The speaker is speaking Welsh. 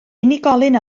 unigolyn